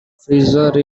frazier